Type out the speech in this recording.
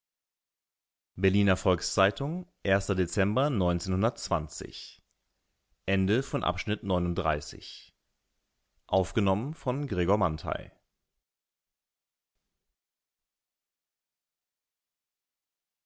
berliner volks-zeitung dezember